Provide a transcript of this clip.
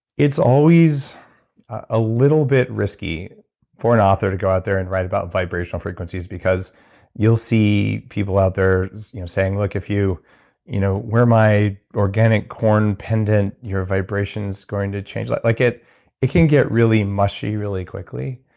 it's always a little bit risky for an author to go out there and write about vibrational frequencies, because you'll see people out there saying, look, if you you know wear my organic corn pendant your vibration's going to change. like like it it can get really mushy really quickly.